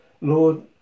Lord